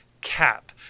cap